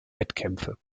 wettkämpfe